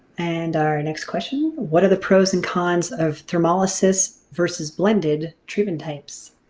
and our next question what are the pros and cons of thermolysis versus blended treatment types?